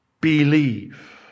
believe